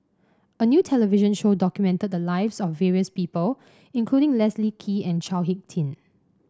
a new television show documented the lives of various people including Leslie Kee and Chao HicK Tin